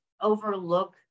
overlook